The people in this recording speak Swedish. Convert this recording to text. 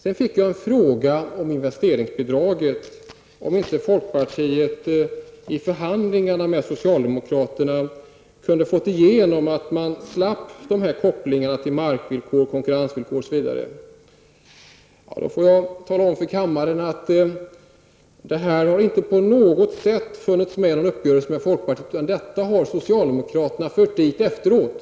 Jag fick en fråga om investeringsbidraget och om folkpartiet inte i förhandlingarna med socialdemokraterna hade kunnat få igenom att man skulle slippa dessa kopplingar till markvillkor, konkurrensvillkor osv. Jag vill då tala om för kammaren att den kopplingen inte på något sätt funnits med i någon uppgörelse med folkpartiet. Detta har socialdemokraterna fört dit efteråt.